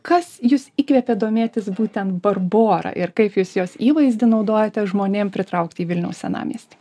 kas jus įkvėpė domėtis būtent barbora ir kaip jūs jos įvaizdį naudojate žmonėm pritraukti į vilniaus senamiestį